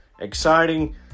Exciting